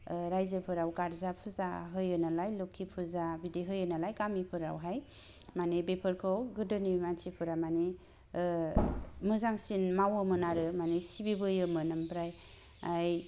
ओ राइजोफोराव गार्जा फुजा होयो नालाय लक्षी फुजा बिदि होयो नालाय गामिफोरावहाय माने बेफोरखौ गोदोनि मानसिफोरा माने ओ मोजांसिन मावोमोन आरो माने सिबिबोयोमोन ओमफ्राय